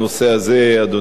אדוני היושב-ראש.